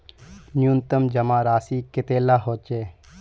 न्यूनतम जमा राशि कतेला होचे?